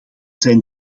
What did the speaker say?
zijn